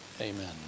Amen